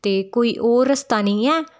तो कोई होर रस्ता निं ऐ